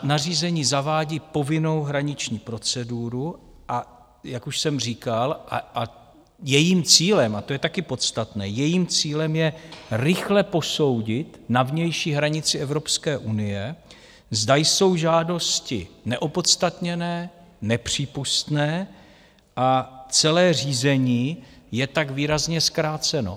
Nařízení zavádí povinnou hraniční proceduru, jak už jsem říkal, a jejím cílem a to je taky podstatné jejím cílem je rychle posoudit na vnější hranici Evropské unie, zda jsou žádosti neopodstatněné, nepřípustné, a celé řízení je tak výrazně zkráceno.